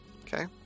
Okay